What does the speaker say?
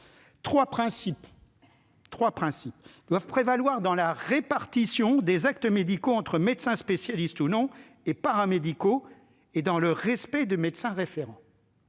Trois principes doivent prévaloir dans la répartition des actes médicaux entre médecins, spécialistes ou non, et paramédicaux, dans le respect du médecin référent.